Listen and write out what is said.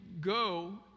go